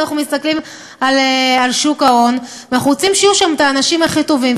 אנחנו מסתכלים על שוק ההון ואנחנו רוצים שיהיו שם האנשים הכי טובים,